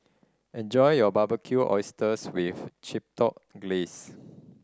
enjoy your Barbecued Oysters with Chipotle Glaze